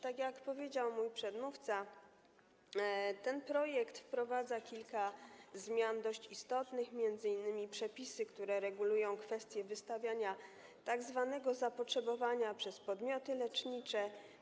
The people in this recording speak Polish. Tak jak powiedział mój przedmówca, ten projekt wprowadza kilka dość istotnych zmian, m.in. przepisy, które regulują kwestię wystawiania tzw. zapotrzebowania przez podmioty lecznicze.